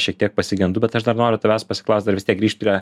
šiek tiek pasigendu bet aš dar noriu tavęs pasiklaut dar vis tiek grįžt prie